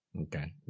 Okay